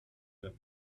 them